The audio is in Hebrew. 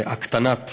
הקטנת